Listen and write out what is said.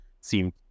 seem